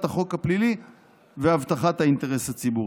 החוק הפלילי והבטחת האינטרס הציבורי.